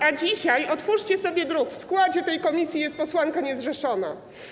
A dzisiaj - otwórzcie sobie druk - w składzie tej komisji jest posłanka niezrzeszona.